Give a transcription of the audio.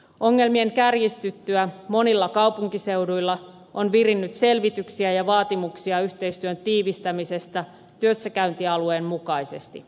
ongelmien kärjistyttyä monilla kaupunkiseuduilla on virinnyt selvityksiä ja vaatimuksia yhteistyön tiivistämisestä työssäkäyntialueen mukaisesti